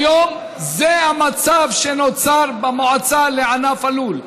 כיום, זה המצב שנוצר במועצה לענף הלול.